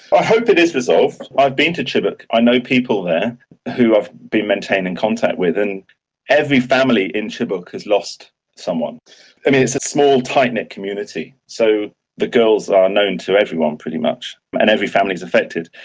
i hope it is resolved. i've been to chibok, i know people there who i've been maintaining contact with, and every family in chibok has lost someone. i mean, it's a small tightknit community, so the girls are known to everyone pretty much, and every family is affected.